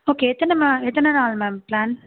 okay எத்தனை எத்தனை நாள் மேம் பிளான்